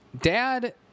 Dad